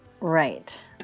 right